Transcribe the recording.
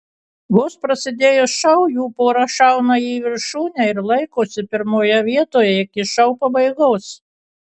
vos prasidėjus šou jų pora šauna į viršūnę ir laikosi pirmojoje vietoje iki šou pabaigos